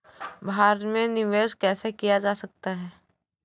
भारत में निवेश कैसे किया जा सकता है?